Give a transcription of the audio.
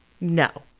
No